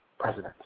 President